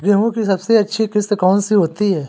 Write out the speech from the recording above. गेहूँ की सबसे अच्छी किश्त कौन सी होती है?